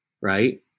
right